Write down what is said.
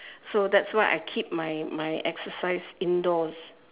so that's why I keep my my exercise indoors